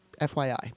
FYI